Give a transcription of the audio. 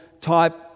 type